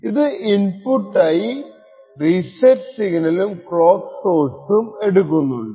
ഇത് ഇൻപുട്ട് ആയി റീസെറ്റ് സിഗ്നലും ക്ലോക്ക് സോഴ്സും എടുക്കുന്നുണ്ട്